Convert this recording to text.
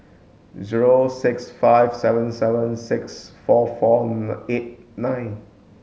zero six five seven seven six four four eight nine